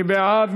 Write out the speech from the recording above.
מי בעד?